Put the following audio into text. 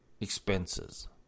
Expenses